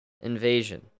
invasion